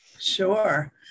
Sure